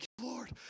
Lord